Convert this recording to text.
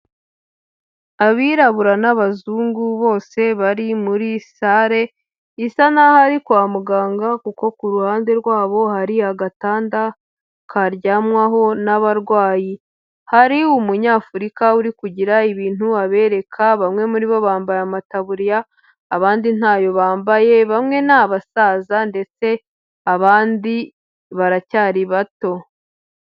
Abirabura n'abazungu bose bari muri sale isa n'aho ari kwa muganga, kuko ku ruhande rwabo hari agatanda karyamwaho n'abarwayi. Hari umunyafurika uri kugira ibintu abereka, bamwe muri bo bambaye amataburiya abandi ntayo bambaye, bamwe ni abasaza ndetse abandi baracyari bato.